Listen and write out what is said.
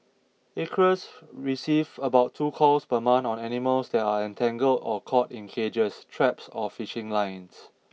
Acres receives about two calls per month on animals that are entangled or caught in cages traps or fishing lines